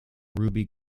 ruby